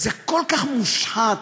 זה כל כך מושחת,